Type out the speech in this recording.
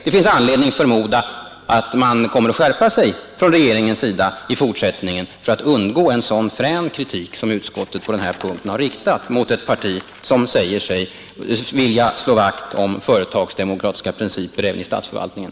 Det finns anledning att förmoda att regeringen i fortsättningen kommer att skärpa sig för att undgå en så frän kritik som utskottet på denna punkt har riktat mot regeringspartiet, som säger sig vilja slå vakt om företagsdemokratiska principer även i statsförvaltningen.